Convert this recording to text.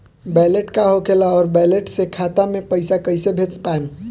Wallet का होखेला और वैलेट से खाता मे पईसा कइसे भेज पाएम?